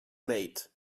mate